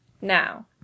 Now